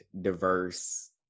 diverse